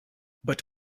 but